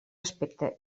aspecte